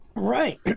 Right